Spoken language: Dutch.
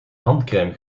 handcrème